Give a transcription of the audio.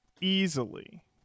easily